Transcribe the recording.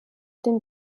den